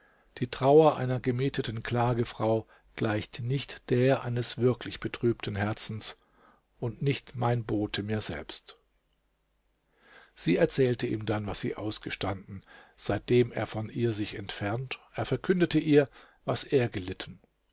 die trauer einer gemieteten klagefrau gleicht nicht der eines wirklich betrübten herzens und nicht mein bote mir selbst sie erzählte ihm dann was sie ausgestanden seitdem er von ihr sich entfernt er verkündete ihr was er gelitten